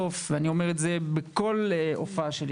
ואני אומר את זה בכל הופעה שלי